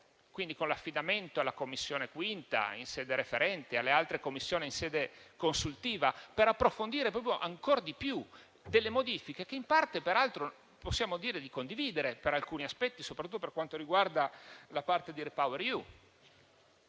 quindi con l'affidamento alla 5a Commissione in sede referente e alle altre Commissioni in sede consultiva - per approfondire ancora di più le modifiche, che in parte, peraltro, possiamo dire di condividere per alcuni aspetti, soprattutto per quanto riguarda la parte di REPowerEU.